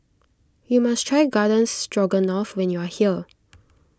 you must try Garden Stroganoff when you are here